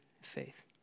faith